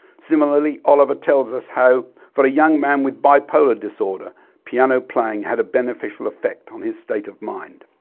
similarly oliver tells us how for a young man with bipolar disorder piano playing had a beneficial effect on his state of mind.